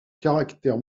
caractère